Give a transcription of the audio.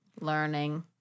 Learning